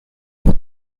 vous